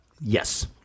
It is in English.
Yes